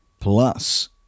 Plus